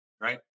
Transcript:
right